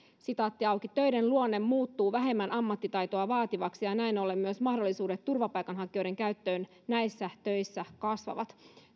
töiden luonne muuttuu vähemmän ammattitaitoa vaativaksi ja ja näin ollen myös mahdollisuudet turvapaikanhakijoiden käyttöön näissä töissä kasvavat